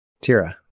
Tira